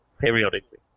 periodically